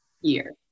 year